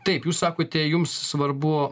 taip jūs sakote jums svarbu